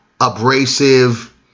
abrasive